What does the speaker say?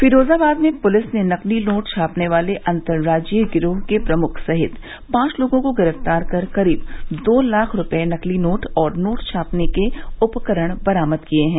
फिरोजाबाद में पुलिस ने नकली नोट छापने वाले अंतर्राज्यीय गिरोह के प्रमुख सहित पांच लोगों को गिरफ्तार कर करीब दो लाख रूपये नकली नोट और नोट छापने के उपकरण बरामद किये हैं